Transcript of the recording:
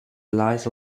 lies